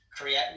Create